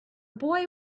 boy